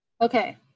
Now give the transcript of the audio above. Okay